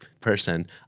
person